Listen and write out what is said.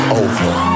over